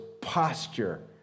posture